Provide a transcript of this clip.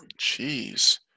jeez